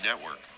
network